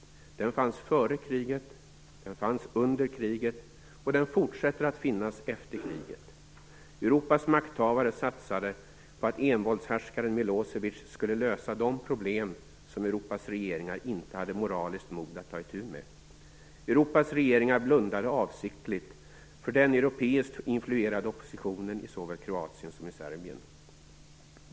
Den fanns före kriget, den fanns under kriget och den fortsätter att finnas efter kriget. Europas makthavare satsade på att envåldshärskaren Milosevic skulle lösa de problem som Europas regeringar inte hade moraliskt mod att ta itu med. Europas regeringar blundade avsiktligt för den europeiskt influerade oppositionen i såväl Kroatien som Serbien.